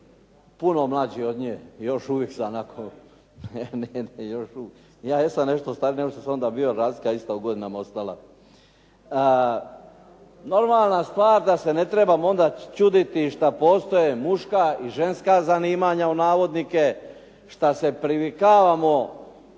puno mlađi od nje i još uvijek sam. Ja jesam nešto stariji nego što sam onda bio, ali razlika je ista u godinama ostala. Normalna stvar da se ne trebamo onda čuditi što postoje muška i ženska zanimanja u navodnike, što se privikavamo